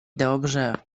dobrze